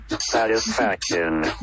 satisfaction